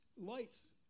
lights